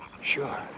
sure